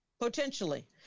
Potentially